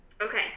Okay